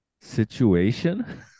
situation